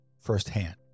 firsthand